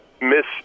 miss